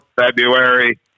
February